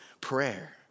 prayer